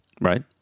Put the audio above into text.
Right